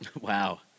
Wow